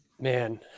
man